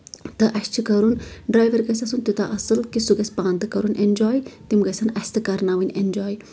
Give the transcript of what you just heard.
تہٕ اَسہِ چھُ کرُن ڈریور گژھِ آسُن توٗتاہ اَصٕل کہِ سُہ گژھِ پانہٕ تہِ کَرُن اینجاے تِم گژھن اَسہِ تہِ کرناوٕنۍ اینجاے